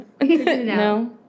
No